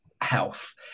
health